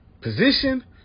position